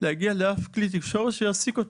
להגיע לאף כלי תקשורת שיעסיק אותי.